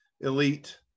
elite